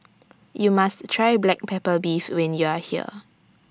YOU must Try Black Pepper Beef when YOU Are here